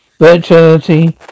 virtuality